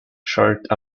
shared